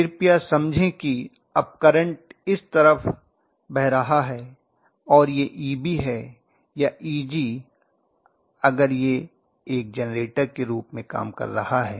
कृपया समझें कि अब करंट इस तरफ बह रहा है और यह Eb है या Eg अगर यह एक जेनरेटर के रूप में काम कर रहा है